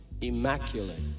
immaculate